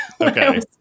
Okay